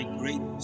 great